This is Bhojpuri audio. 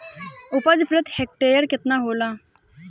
उपज प्रति हेक्टेयर केतना होला?